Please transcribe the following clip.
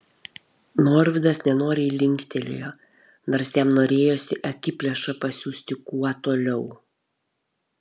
norvydas nenoriai linktelėjo nors jam norėjosi akiplėšą pasiųsti kuo toliau